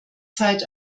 zeit